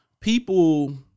people